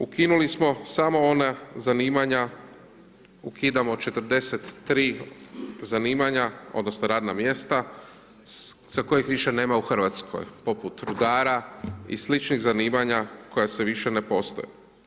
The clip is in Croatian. Ukinuli smo samo ona zanimanja, ukidamo 43 zanimanja, odnosno, radna mjesta, za kojih više nema u Hrvatskoj, poput rudara i sličnih zanima koja više ne postoji.